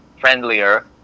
friendlier